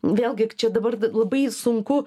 vėlgi čia dabar labai sunku